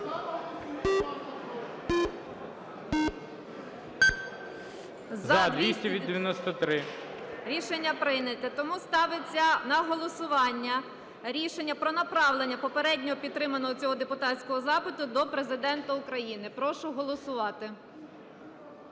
За-293 Рішення прийнято. Тому ставиться на голосування рішення про направлення попередньо підтриманого цього депутатського запиту до Президента України. Прошу голосувати.